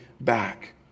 back